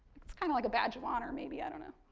it's kind of like a badge of honor, maybe, i don't know.